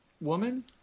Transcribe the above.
woman